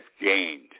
gained